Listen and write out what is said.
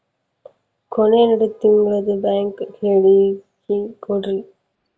ಕೊನೆ ಎರಡು ತಿಂಗಳದು ಬ್ಯಾಂಕ್ ಹೇಳಕಿ ಕೊಡ್ರಿ